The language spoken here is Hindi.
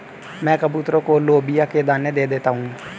मैं कबूतरों को लोबिया के दाने दे देता हूं